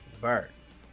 birds